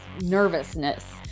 nervousness